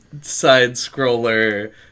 side-scroller